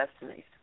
Destinies